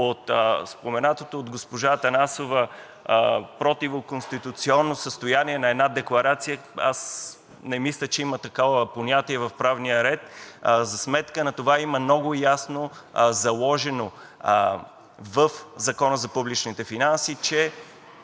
от споменатото от госпожа Атанасова противоконституционно състояние на една декларация аз не мисля, че има такова понятие в правния ред. За сметка на това има много ясно заложено в Закона за публичните финанси, че